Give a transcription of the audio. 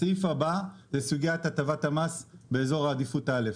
הסעיף הבא זה סוגיית הטבת המס באזור עדיפות א'.